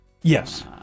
Yes